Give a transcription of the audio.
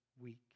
week